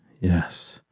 Yes